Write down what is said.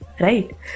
Right